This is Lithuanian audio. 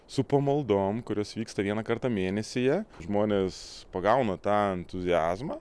su pamaldom kurias vyksta vieną kartą mėnesyje žmonės pagauna tą entuziazmą